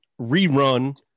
rerun